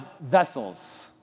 vessels